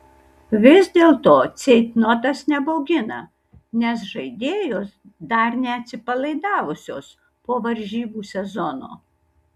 vis dėlto ceitnotas nebaugina nes žaidėjos dar neatsipalaidavusios po varžybų sezono